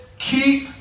Keep